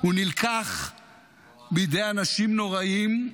הוא נלקח בידי אנשים נוראיים,